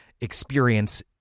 experience